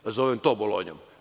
Ne zovem to Bolonjom.